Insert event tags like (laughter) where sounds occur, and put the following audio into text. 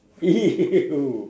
!eww! (laughs)